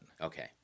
Okay